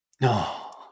No